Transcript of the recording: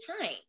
time